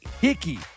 Hickey